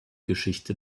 geschichte